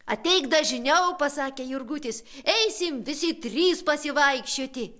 ateik dažniau pasakė jurgutis eisim visi trys pasivaikščioti